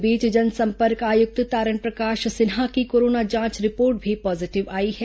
इस बीच जनसंपर्क आयुक्त तारण प्रकाश सिन्हा की कोरोना जांच रिपोर्ट भी पॉजीटिव आई है